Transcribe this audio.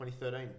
2013